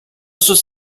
sus